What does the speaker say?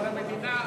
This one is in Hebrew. נתקבל.